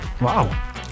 Wow